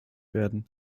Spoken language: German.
werden